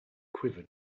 quivered